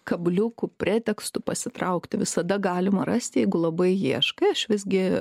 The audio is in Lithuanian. kabliukų pretekstų pasitraukti visada galima rasti jeigu labai ieškai aš visgi